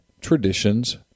Traditions